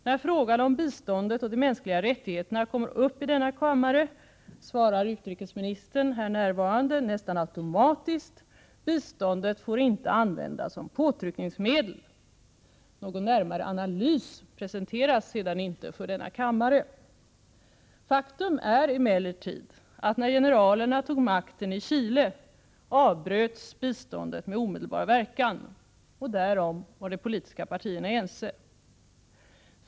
När frågan om biståndet och de mänskliga rättigheterna kommer upp till debatt i denna kammare svarar utrikesministern — här närvarande — nästan automatiskt: biståndet får inte användas som påtryckningsmedel. Någon närmare analys presenteras sedan inte för kammaren. Faktum är emellertid att när generalerna tog makten i Chile avbröts biståndet med omedelbar verkan. Därom var de politiska partierna ense.